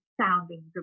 sounding